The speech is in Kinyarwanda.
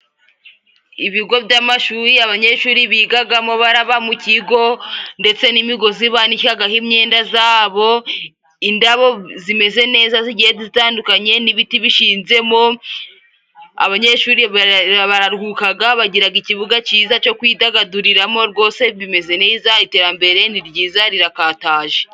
Ibigo by'amashuri abanyeshuri bigagamo baraba mu kigo , ndetse n'imigozi banikiragaho imyenda zabo indabo zimeze neza zigiye zitandukanye n'ibiti bishinze mo , abanyeshuri bararuhukaga bagiraga ikibuga ciza co kwidagaduriramo rwose bimeze neza iterambere ni ryiza rirakataje.